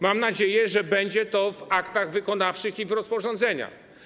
Mam nadzieję, że będzie to w aktach wykonawczych i w rozporządzeniach.